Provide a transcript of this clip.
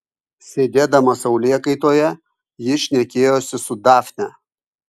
sėdėdama saulėkaitoje ji šnekėjosi su dafne